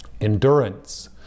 Endurance